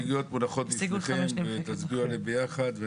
ההסתייגויות מונחות לפניכם ותצביעו עליהן ביחד.